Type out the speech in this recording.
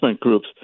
groups